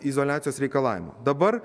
izoliacijos reikalavimų dabar